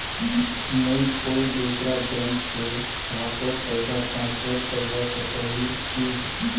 मुई कोई दूसरा बैंक से कहाको पैसा ट्रांसफर करवा सको ही कि?